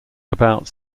about